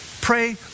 pray